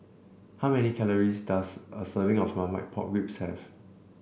how many calories does a serving of Marmite Pork Ribs have